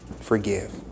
forgive